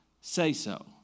say-so